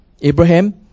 Abraham